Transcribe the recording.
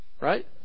right